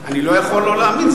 אני לא יכול לא להאמין.